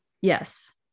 Yes